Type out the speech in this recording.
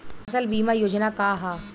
फसल बीमा योजना का ह?